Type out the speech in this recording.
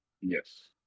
Yes